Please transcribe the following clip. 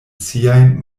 siajn